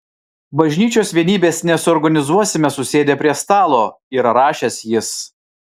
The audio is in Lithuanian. bažnyčios vienybės nesuorganizuosime susėdę prie stalo yra rašęs jis